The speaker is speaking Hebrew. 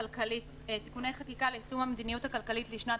הכלכלית (תיקוני חקיקה ליישום המדיניות הכלכלית לשנת